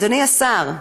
אדוני השר,